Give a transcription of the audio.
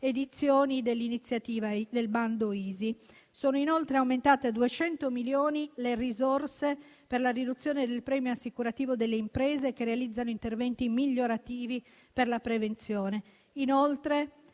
edizioni dell'iniziativa del bando ISI. Sono inoltre aumentate a 200 milioni le risorse per la riduzione del premio assicurativo delle imprese che realizzano interventi migliorativi per la prevenzione. Inoltre,